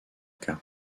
cas